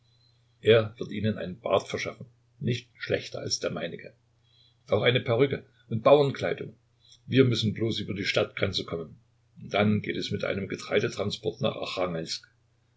er wird ihnen einen bart verschaffen nicht schlechter als der meinige auch eine perücke und bauernkleidung wir müssen bloß über die stadtgrenze kommen und dann geht es mit einem getreidetransport nach